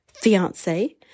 fiance